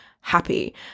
happy